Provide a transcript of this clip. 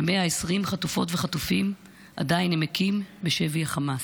ו-120 חטופות וחטופים עדיין נמקים בשבי החמאס.